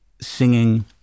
singing